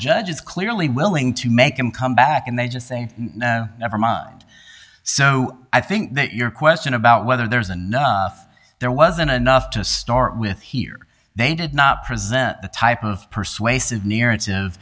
judge is clearly willing to make him come back and they're just saying no never mind so i think that your question about whether there is enough there wasn't enough to start with here they did not present the type of persuasive near